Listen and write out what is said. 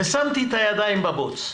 ושמתי את הידיים בבוץ,